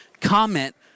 Comment